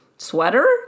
sweater